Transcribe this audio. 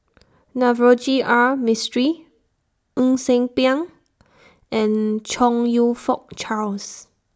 Navroji R Mistri Ng Ser Miang and Chong YOU Fook Charles